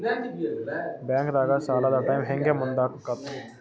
ಬ್ಯಾಂಕ್ದಾಗ ಸಾಲದ ಟೈಮ್ ಹೆಂಗ್ ಮುಂದಾಕದ್?